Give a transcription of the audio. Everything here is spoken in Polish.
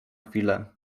chwilę